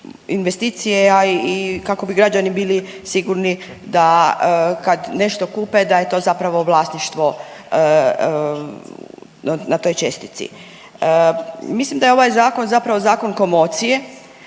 investicije, a i kako bi građani bili sigurni da kad nešto kupe da je to zapravo vlasništvo na toj čestici. Mislim da je ovaj zakon zapravo zakon komocije,